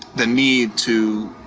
the need to